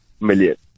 million